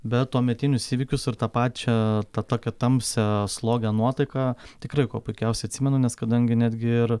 bet tuometinius įvykius ir tą pačią tą tokią tamsią slogią nuotaiką tikrai kuo puikiausiai atsimenu nes kadangi netgi ir